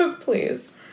Please